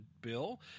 bill